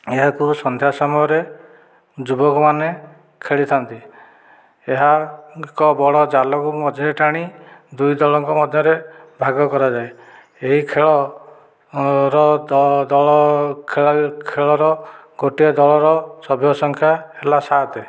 ଏହାକୁ ସନ୍ଧ୍ୟା ସମୟରେ ଯୁବକମାନେ ଖେଳିଥାନ୍ତି ଏହା ଏକ ବଡ଼ ଜାଲକୁ ମଝିରେ ଟାଣି ଦୁଇ ଦଳଙ୍କ ମଧ୍ୟରେ ଭାଗ କରାଯାଏ ଏହି ଖେଳର ତ ଦଳ ଖେଳା ଖେଳର ଗୋଟିଏ ଦଳର ସଭ୍ୟସଂଖ୍ୟା ହେଲା ସାତ